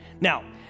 Now